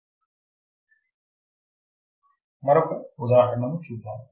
మరొక డిజైన్ ఉదాహరణను చూద్దాం